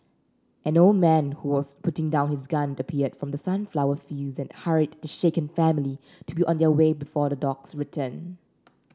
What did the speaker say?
an old man who was putting down his gun appeared from the sunflower fields and hurried the shaken family to be on their way before the dogs return